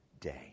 day